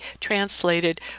translated